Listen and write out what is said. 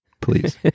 please